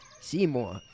Seymour